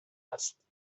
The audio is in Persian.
است